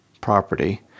property